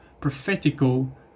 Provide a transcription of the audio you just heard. prophetical